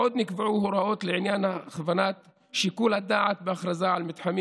עוד נקבעו הוראות לעניין הכוונת שיקול הדעת בהכרזה על מתחמים